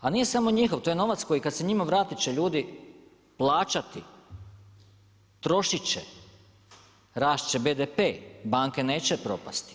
A nije samo njihov, to je novac koji kad se njima vrati će ljudi plaćati, trošiti će, rasti će BDP, banke neće propasti.